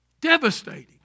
Devastating